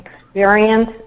experience